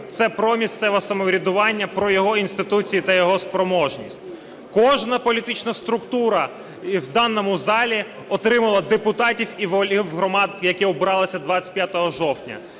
це про місцеве самоврядування, про його інституції та його спроможність. Кожна політична структура в даному залі отримали депутатів і голів громад, які обиралися 25 жовтня.